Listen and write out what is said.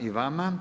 i vama.